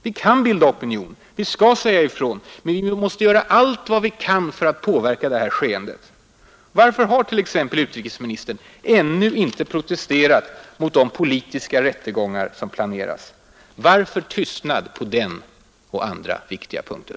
Vi kan bilda opinion, Vi skall säga ifrån. Vi måste göra allt vad vi kan för att påverka det här skeendet. Varför har t.ex. utrikesministern ännu inte protesterat mot de politiska rättegångar som planeras? Varför tystnad på den och andra viktiga punkter?